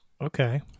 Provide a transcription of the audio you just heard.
Okay